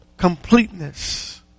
completeness